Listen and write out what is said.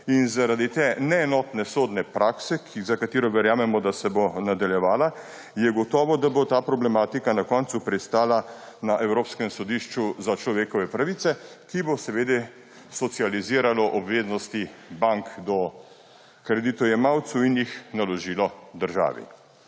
Zaradi te neenotne sodne prakse, za katero verjamemo, da se bo nadaljevala, je gotovo, da bo ta problematika na koncu pristala na Evropskem sodišču za človekove pravice, ki bo socializiralo obveznosti bank do kreditojemalcev in jih naložilo državi.